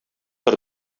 тор